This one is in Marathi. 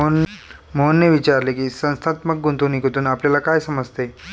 मोहनने विचारले की, संस्थात्मक गुंतवणूकीतून आपल्याला काय समजते?